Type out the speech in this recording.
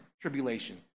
tribulation